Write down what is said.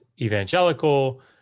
evangelical